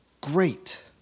great